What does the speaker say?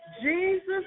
Jesus